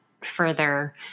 further